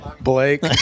Blake